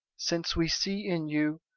since we see in you.